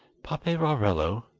paperarello,